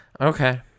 Okay